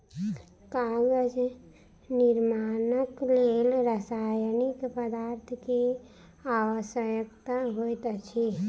कागज निर्माणक लेल रासायनिक पदार्थ के आवश्यकता होइत अछि